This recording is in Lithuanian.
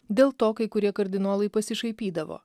dėl to kai kurie kardinolai pasišaipydavo